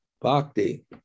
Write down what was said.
Bhakti